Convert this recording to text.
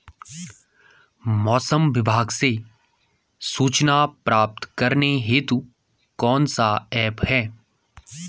मौसम विभाग से सूचना प्राप्त करने हेतु कौन सा ऐप है?